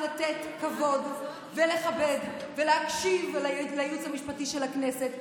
לתת כבוד ולכבד ולהקשיב לייעוץ המשפטי של הכנסת,